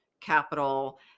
capital